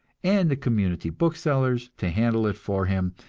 and the community booksellers to handle it for him,